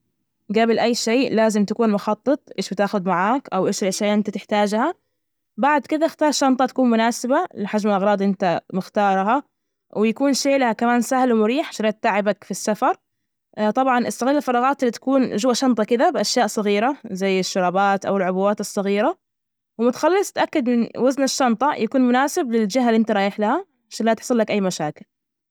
جبل أي شي، لازم تكون مخطط إيش بتاخد معاك؟ أو إيش الأشياء اللي أنت تحتاجها؟، بعد كده، إختار شنطة تكون مناسبة لحجم الأغراض ال أنت مختارها، ويكون شيلها كمان سهل ومريح، عشان لا تتعبك في السفر. طبعا استغل الفراغات اللي تكون جوا الشنطة كده بأشياء صغيرة زي الشربات أو العبوات الصغيرة، وبتخلص تأكد من وزن الشنطة يكون مناسب للجهة اللي أنت رايح لها عشان لا تحصلك أي مشاكل.